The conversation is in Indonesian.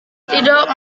tidak